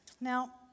Now